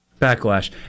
Backlash